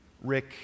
Rick